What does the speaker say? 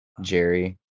Jerry